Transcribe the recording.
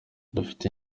dufite